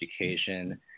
education